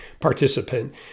participant